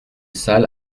salle